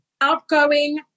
outgoing